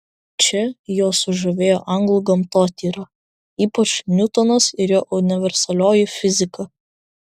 čia juos sužavėjo anglų gamtotyra ypač niutonas ir jo universalioji fizika